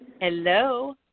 Hello